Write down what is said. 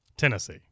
Tennessee